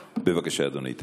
בבקשה, אדוני.